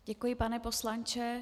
Děkuji, pane poslanče.